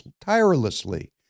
tirelessly